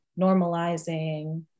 normalizing